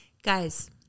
Guys